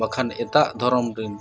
ᱵᱟᱠᱷᱟᱱ ᱮᱴᱟᱜ ᱫᱷᱚᱨᱚᱢ ᱨᱤᱱ